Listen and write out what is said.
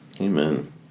Amen